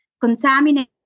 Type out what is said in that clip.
contaminated